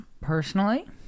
personally